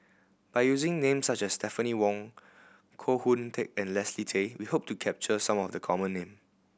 by using names such as Stephanie Wong Koh Hoon Teck and Leslie Tay we hope to capture some of the common name